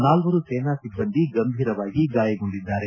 ನಾಲ್ವರು ಸೇನಾ ಸಿಬ್ಲಂದಿ ಗಂಭೀರವಾಗಿ ಗಾಯಗೊಂಡಿದ್ದಾರೆ